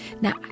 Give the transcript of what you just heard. Now